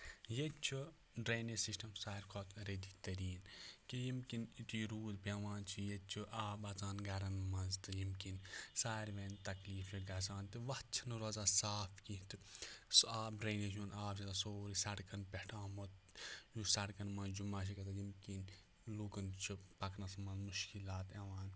ییٚتہِ چھُ drainage system ساروی کھۄتہٕ رٔدی تٔریٖن کہِ ییٚمہِ کِنۍ یُتھُے روٗد بیٚہوان چھِ ییٚتہِ چھُ آب اَژان گَرَن مَنٛز تہٕ ییٚمہِ کِنۍ ساروِیَن تکلیٖف چھِ گژھان تہٕ وَتھ چھِنہٕ روزان صاف کینٛہہ تہِ سُہ آب ڈرٛینیج ہُنٛد آب چھُ آسان سورُے سَڑکَن پٮ۪ٹھ آمُت یُس سَڑکَن منٛز جُمعہ چھِ گژھان ییٚمہِ کِنۍ لوٗکَن چھُ پَکنَس منٛز مُشکِلات یِوان